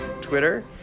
Twitter